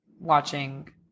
watching